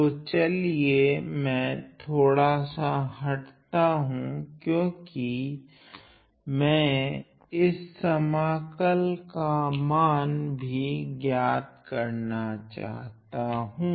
तो चलिए मैं थोड़ासा हटता हूँ क्योकि मैं इस समाकल का मान भी ज्ञात करना करना चाहता हूँ